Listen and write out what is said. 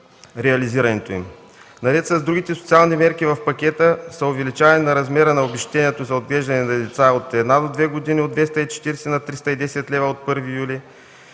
Наред с другите социални мерки в пакета са увеличаване на размера на обезщетението за отглеждане на деца от 1 до 2 години от 240 на 310 лева от 1 юли